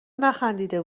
نخندیده